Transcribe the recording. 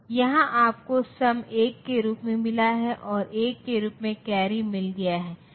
यह जा सकता है माइनस 2 का घात 5 से 2 का घात 5 ऋण 1 तक जा सकता है